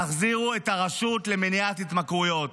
תחזירו את הרשות למניעת התמכרויות.